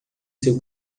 seu